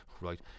right